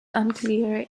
unclear